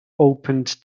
opened